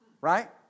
Right